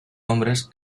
hombres